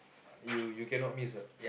you you cannot miss what